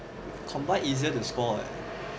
combined easier to score what